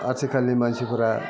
आथिखालनि मानसिफ्रा